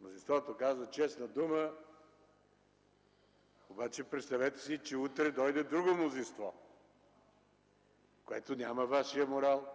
Мнозинството казва: „Честна дума!”, обаче представете си, че утре дойде друго мнозинство, което няма Вашия морал,